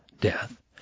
death